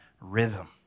rhythm